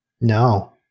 No